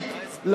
התשס"ט 2009,